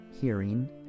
hearing